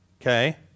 okay